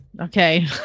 okay